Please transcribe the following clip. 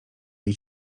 jej